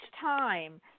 time